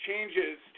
Changes